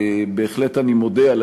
ובהחלט, אני מודה על